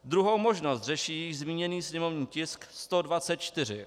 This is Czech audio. Druhou možnost řeší již zmíněný sněmovní tisk 124.